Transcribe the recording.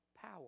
power